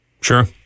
Sure